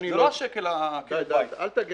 לא השקל של עקרת בית.